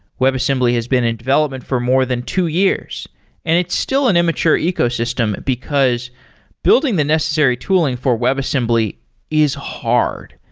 webassembly has been in development for more than two years and it's still an immature ecosystem because building the necessary tooling for webassembly is hard.